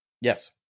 Yes